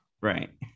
right